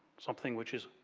something which is,